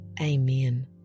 Amen